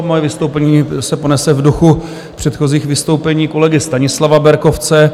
Moje vystoupení se ponese v duchu předchozích vystoupení kolegy Stanislava Berkovce.